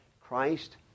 Christ